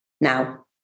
now